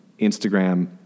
Instagram